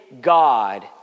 God